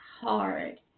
hard